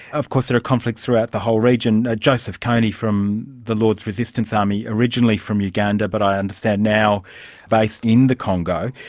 of course there are conflicts throughout the whole region. joseph kony from the lord's resistance army, originally from uganda but i understand now based in the congo,